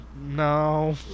No